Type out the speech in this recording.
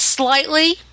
Slightly